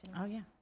oh yeah.